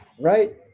right